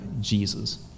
Jesus